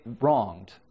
wronged